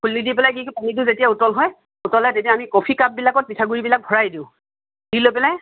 খুলি দি পেলাই কি কৰোঁ পানীটো যেতিয়া উতল হয় উতলে তেতিয়া আমি কফি কাপ বিলাকত পিঠাগুৰি বিলাক ভৰাই দিওঁ দি লৈ পেলাই